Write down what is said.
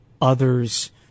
others